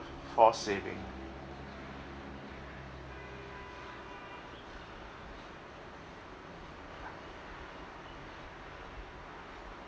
forced saving